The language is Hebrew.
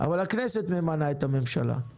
תשמע, מיכאל,